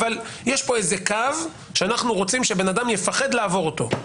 אבל יש פה איזה קו שאנחנו רוצים שבן אדם יפחד לעבור אותו,